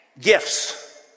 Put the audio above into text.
Gifts